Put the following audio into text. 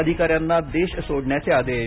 अधिकाऱ्यांना देश सोडण्याचे आदेश